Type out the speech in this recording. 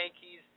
Yankees